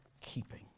keeping